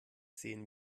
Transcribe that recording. sehen